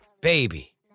baby